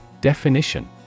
Definition